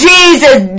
Jesus